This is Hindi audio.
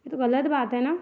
यह तो ग़लत बात है ना